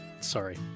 Sorry